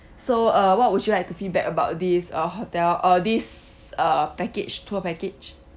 so uh what would you like to feedback about this uh hotel uh this uh package tour package